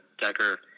Decker